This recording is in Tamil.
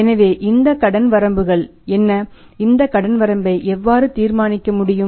எனவே இந்த கடன் வரம்புகள் என்ன இந்த கடன் வரம்பை எவ்வாறு தீர்மானிக்க முடியும்